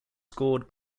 scored